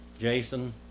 Jason